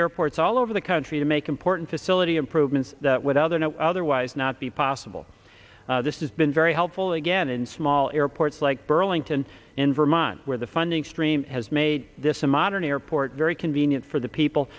airports all over the country to make important facility improvements with other no otherwise not be possible this has been very helpful again in small airports like burlington in vermont where the funding stream has made this a modern airport very convenient for the people